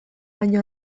baino